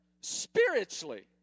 spiritually